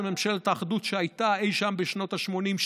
ממשלת האחדות שהייתה אי-שם בשנות השמונים,